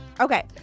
Okay